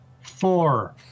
Four